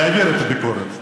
להגיד את הביקורת.